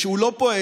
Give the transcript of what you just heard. כשהוא לא פועל,